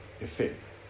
effect